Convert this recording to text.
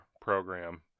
program